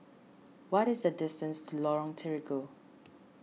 what is the distance to Lorong Terigu